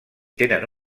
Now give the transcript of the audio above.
tenen